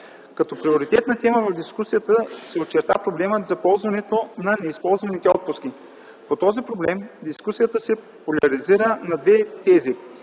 Като приоритетна тема в дискусията се очерта проблемът за ползването на неизползваните отпуски. По този проблем дискусията се поляризира на две тези